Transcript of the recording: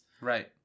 Right